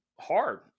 hard